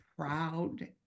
proud